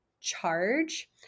charge